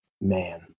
Man